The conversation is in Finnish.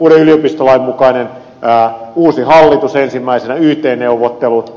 uuden yliopistolain mukainen uusi hallitus ensimmäisenä yt neuvottelut